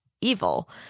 evil